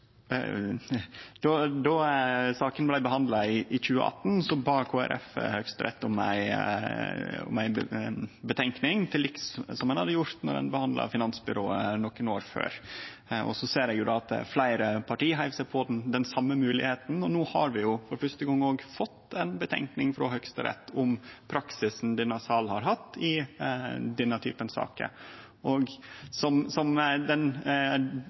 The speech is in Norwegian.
Då saka blei behandla i 2018, bad Kristeleg Folkeparti Høgsterett om ei utgreiing, til liks som ein hadde gjort då ein behandla finansbyrået nokre år før. Så ser eg at fleire parti heiv seg på den same moglegheita, og no har vi for fyrste gong òg fått ei utgreiing frå Høgsterett om praksisen denne sal har hatt i denne type saker. Som den